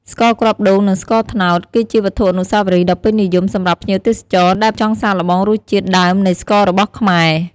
ស្ករគ្រាប់ដូង និងស្ករត្នោត គឺជាវត្ថុអនុស្សាវរីយ៍ដ៏ពេញនិយមសម្រាប់ភ្ញៀវទេសចរ ដែលចង់សាកល្បងរសជាតិដើមនៃស្កររបស់ខ្មែរ។